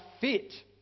fit